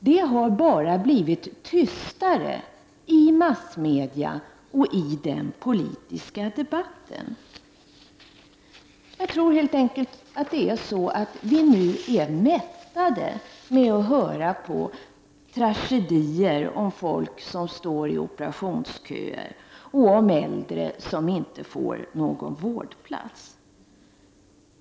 Det har bara blivit tystare, i massmedia och i den politiska debatten. Vi är nog mättade med historier om tragedier för människor i operationsköer och om äldre som inte får någon vårdplats.